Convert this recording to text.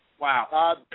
Wow